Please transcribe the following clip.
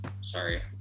Sorry